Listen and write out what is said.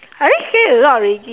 I already say a lot already